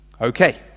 Okay